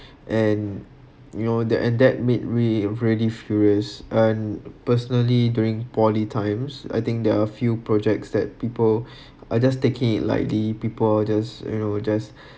and you know that and that made me really furious and personally during poly times I think there are few projects that people I just taking it likely people are just you know just